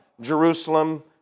Jerusalem